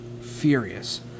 Furious